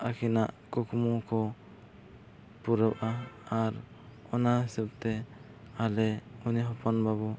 ᱟᱹᱠᱤᱱᱟᱜ ᱠᱩᱠᱢᱩ ᱠᱚ ᱯᱩᱨᱟᱹᱜᱼᱟ ᱟᱨ ᱚᱱᱟ ᱦᱤᱥᱟᱹᱵᱽᱛᱮ ᱟᱞᱮ ᱩᱱᱤ ᱦᱚᱯᱚᱱ ᱵᱟᱹᱵᱩ